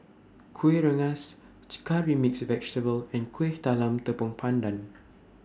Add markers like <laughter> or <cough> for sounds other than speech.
Kuih Rengas <unintelligible> Curry Mixed Vegetable and Kuih Talam Tepong Pandan